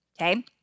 okay